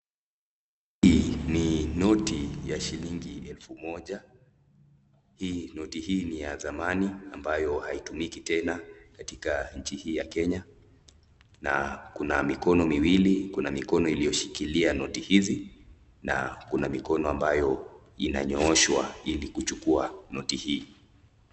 Hii ni noti ya shilingi elfu moja. Noti hii ni ya zamani ambayo haitumiki tena katika nchi hii ya Kenya na kuna mikono miwili; kuna mikono imeshikilia noti hizi na kuna mikono ambayo inanyooshwa ili kuchukua noti hii.